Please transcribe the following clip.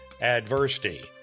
Adversity